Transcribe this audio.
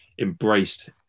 embraced